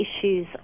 issues